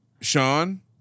Sean